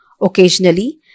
Occasionally